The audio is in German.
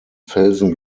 felsen